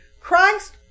Christ